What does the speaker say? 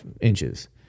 inches